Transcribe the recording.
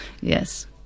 yes